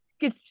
Good